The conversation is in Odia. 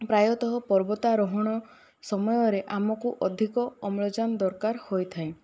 ପ୍ରାୟତଃ ପର୍ବତ ଆରୋହଣ ସମୟ ରେ ଆମକୁ ଅଧିକ ଅମ୍ଳଜାନ ଦରକାର ହୋଇଥାଏ